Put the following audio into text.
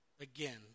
again